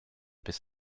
bis